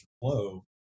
flow